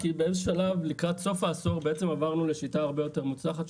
כי באיזשהו שלב לקראת סוף העשור בעצם עברנו לשיטה הרבה יותר מוצלחת,